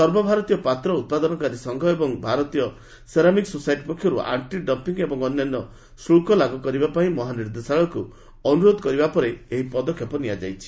ସର୍ବ ଭାରତୀୟ ପାତ୍ର ଉତ୍ପାଦନକାରୀ ସଂଘ ଏବଂ ଭାରତୀୟ ସେରାମିକ୍ ସୋସାଇଟି ପକ୍ଷରୁ ଆଣ୍ଟି ଡମ୍ପିଂ ଏବଂ ଅନ୍ୟାନ୍ୟ ଶୁଳ୍କ ଲାଗୁ କରିବା ପାଇଁ ମହାନିର୍ଦ୍ଦେଶାଳୟକୁ ଅନୁରୋଧ କରିବା ପରେ ଏହି ପଦକ୍ଷେପ ନିଆଯାଇଛି